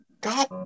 God